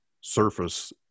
surface